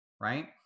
right